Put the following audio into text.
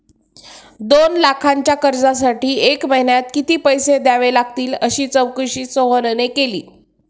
दोन लाखांच्या कर्जासाठी एका महिन्यात किती पैसे द्यावे लागतील अशी चौकशी सोहनने केली